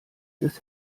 des